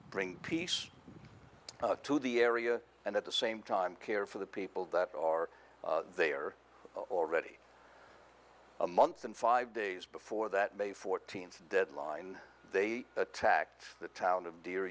bring peace to the area and at the same time care for the people that are they are already a month and five days before that may fourteenth deadline they attacked the town